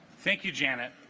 thank you janet